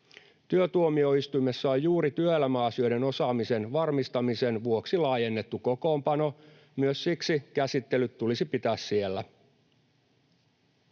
Työtuomioistuimessa on juuri työelämäasioiden osaamisen varmistamisen vuoksi laajennettu kokoonpano, ja myös siksi käsittelyt tulisi pitää siellä.